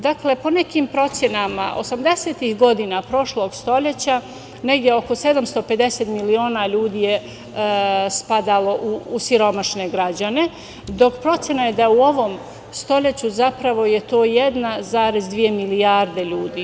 Dakle, po nekim procenama osamdesetih godina prošlog stoleća, negde oko 750 miliona ljudi je spadalo u siromašne građane, dok je procena da u ovom stoleću zapravo je to 1,2 milijarde ljudi.